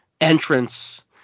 entrance